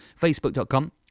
facebook.com